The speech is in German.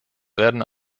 werden